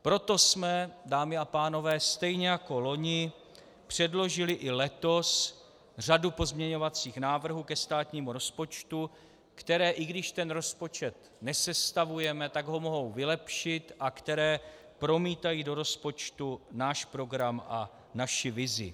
Proto jsme, dámy a pánové, stejně jako loni předložili i letos řadu pozměňovacích návrhů ke státnímu rozpočtu, které, i když ten rozpočet nesestavujeme, tak ho mohou vylepšit a které promítají do rozpočtu náš program a naši vizi.